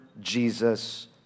Jesus